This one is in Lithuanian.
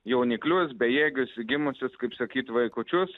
jauniklius bejėgius gimusius kaip sakyt vaikučius